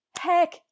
heck